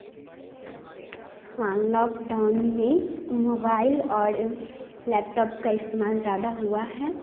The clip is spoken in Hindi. हाँ लॉक डाउन में मोबाइल और लैपटॉप का इस्तेमाल ज़्यादा हुआ है